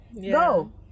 go